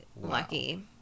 lucky